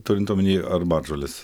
turint omeny arbatžoles